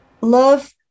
love